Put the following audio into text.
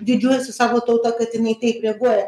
didžiuojuosi savo tauta kad jinai taip reaguoja